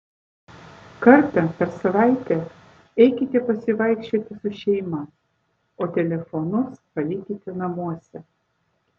kartą per savaitę eikite pasivaikščioti su šeima o telefonus palikite namuose